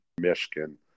Michigan